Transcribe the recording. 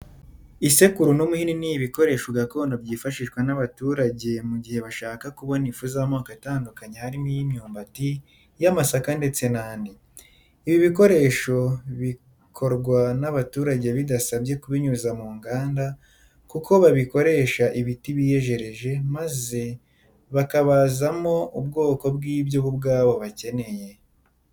Isekuru n'umuhini n'ibikoresho gakondo byifashishwa n'abaturage mu gihe bashaka kubona ifu z'amoko atandukanye harimo iy'imyumbati, iy'amasaka ndetse n'andi. Ibi bikoresho bikorawa n'abaturage bidasabye kubinyuza mu nganda kuko bakoresha ibiti biyejereje maze kababazamo ubwoko bw'ibyo bo ubwabo bakeneye.